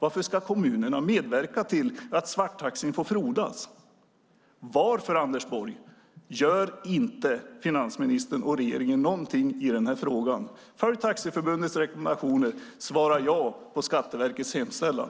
Varför ska kommunerna medverka till att svarttaxibranschen får frodas? Varför gör inte finansminister Anders Borg och regeringen någonting i denna fråga? Följ Taxiförbundets rekommendationer och svara ja på Skatteverkets hemställan.